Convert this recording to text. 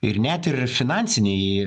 ir net ir finansiniai